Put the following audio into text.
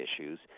issues